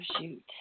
shoot